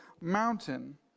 mountain